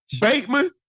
Bateman